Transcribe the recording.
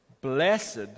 blessed